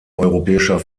europäischer